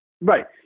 Right